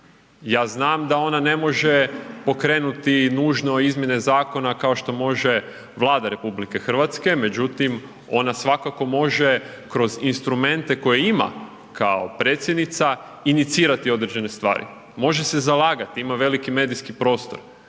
Ja znam da ona ne može pokrenuti nužno izmjene zakona kao što može Vlada RH, međutim, ona svakako može, kroz instrumente koje ima kao predsjednica, inicirati određene stvari, može se zalagati, ima veliki medijski prostor,